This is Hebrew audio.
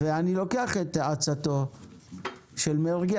ואני לוקח את עצתו של מרגי,